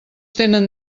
tenen